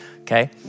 okay